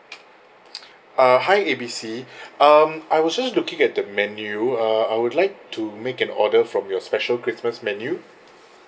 uh hi A B C um I was just looking at the menu uh I would like to make an order from your special christmas menu